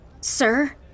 Sir